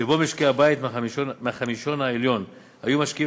שבו משקי-הבית מהחמישון העליון היו משקיעים